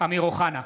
אמיר אוחנה,